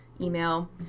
email